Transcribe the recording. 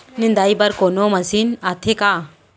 निंदाई बर कोनो मशीन आथे का?